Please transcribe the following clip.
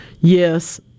yes